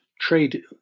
trade